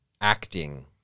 acting